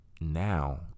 now